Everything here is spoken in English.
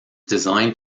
designed